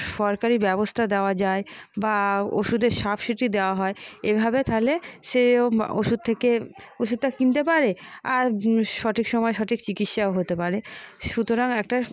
সরকারি ব্যবস্থা দেওয়া যায় বা ওষুধের সাফ সূচি দেওয়া হয় এভাবে তাহলে সেও ওষুধ থেকে ওষুধটা কিনতে পারে আর সঠিক সময় সঠিক চিকিৎসাও হতে পারে সুতরাং একটা